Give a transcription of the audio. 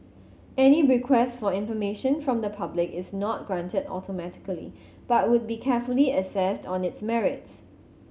any request for information from the public is not granted automatically but would be carefully assessed on its merits